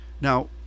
Now